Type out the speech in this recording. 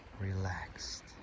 relaxed